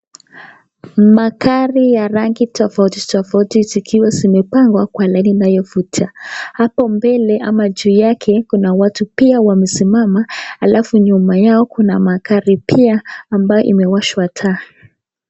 Magari ya rangi tofauti tofauti zikiwa zimepangwa kwa laini inayofutia. Hapo mbele ama juu yake kuna watu pia wamesimama alafu nyuma yao kuna magari pia ambayo imewashwa taa.